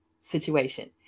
situation